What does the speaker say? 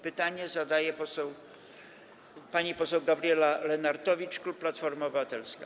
Pytanie zadaje pani poseł Gabriela Lenartowicz, klub Platforma Obywatelska.